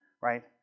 right